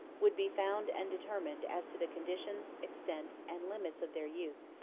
would be found and determined as to the conditions, extent, and limits of their use,